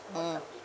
mm